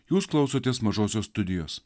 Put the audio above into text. jūs klausotės mažosios studijos